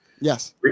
Yes